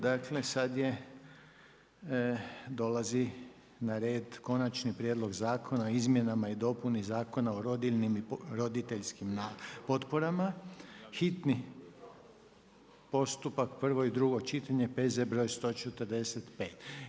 Dakle, sad je, dolazi na red Konačni prijedlog Zakona o izmjenama i dopuni Zakona o rodiljnim i roditeljskim potporama, hitni postupak, prvo i drugo čitanje, P. Z. br. 145.